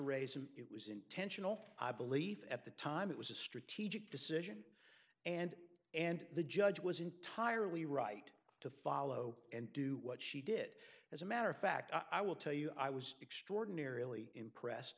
raise and it was intentional i believe at the time it was a strategic decision and and the judge was entirely right to follow and do what she did as a matter of fact i will tell you i was extraordinarily impressed